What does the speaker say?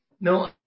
No